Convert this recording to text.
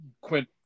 Quint